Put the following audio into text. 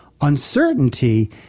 uncertainty